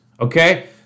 Okay